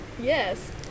Yes